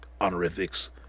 honorifics